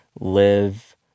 live